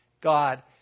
God